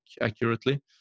accurately